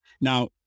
Now